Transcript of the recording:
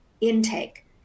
intake